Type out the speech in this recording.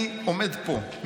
אני עומד פה,